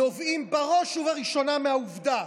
נובעים בראש ובראשונה מהעובדה